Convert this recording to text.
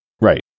Right